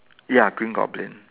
ya green goblin